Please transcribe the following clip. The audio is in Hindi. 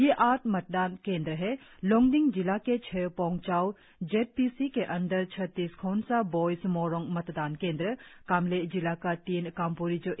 यह आठ मतदान केंद्र है लोंगडिंग जिला के छह पोंगचाव जेड पी सी के अंदर छत्तीस खोनसा बॉयज मोरोंग मतदान केंद्र कामले जिला का तीन कामपोरिजो